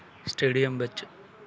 stadium ਵਿੱਚ